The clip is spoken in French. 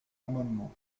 amendement